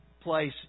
place